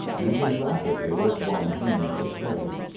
moving rapidly as one who knew his way.